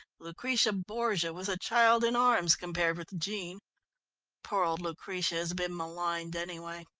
lucretia borgia was a child in arms compared with jean poor old lucretia has been maligned, anyway.